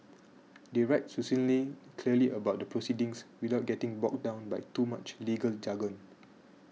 they write succinctly and clearly about the proceedings without getting bogged down by too much legal jargon